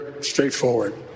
straightforward